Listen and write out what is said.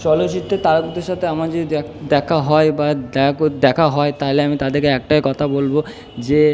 চলচিত্রের তারকদের সাথে আমার যদি দেখা হয় বা দেখা হয় তালে আমি তাদেরকে একটাই কথা বলবো যে